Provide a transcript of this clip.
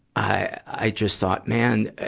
i, i just thought, man,